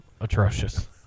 Atrocious